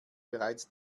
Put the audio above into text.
bereits